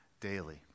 daily